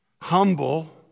Humble